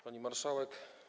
Pani Marszałek!